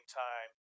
time